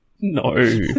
No